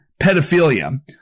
pedophilia